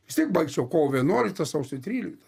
vis tiek baigčiau kovo vienuolikta sausio trylikta